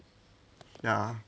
ya